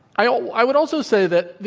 i um i would also say that,